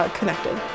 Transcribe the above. connected